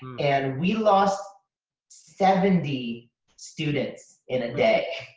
and we lost seventy students in a day.